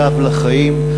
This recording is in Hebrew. "קו לחיים".